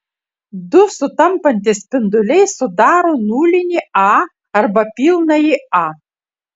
du sutampantys spinduliai sudaro nulinį a arba pilnąjį a